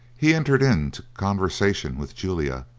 he entered into conversation with julia,